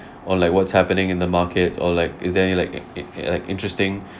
or like what's happening in the markets or like is there any like like interesting